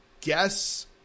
guess